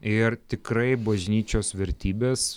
ir tikrai bažnyčios vertybės